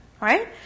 right